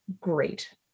great